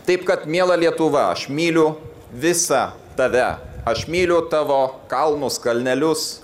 taip kad miela lietuva aš myliu visą tave aš myliu tavo kalnus kalnelius